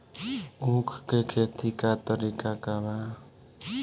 उख के खेती का तरीका का बा?